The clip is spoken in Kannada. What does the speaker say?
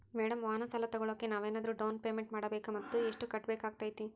ಮೇಡಂ ವಾಹನ ಸಾಲ ತೋಗೊಳೋಕೆ ನಾವೇನಾದರೂ ಡೌನ್ ಪೇಮೆಂಟ್ ಮಾಡಬೇಕಾ ಮತ್ತು ಎಷ್ಟು ಕಟ್ಬೇಕಾಗ್ತೈತೆ?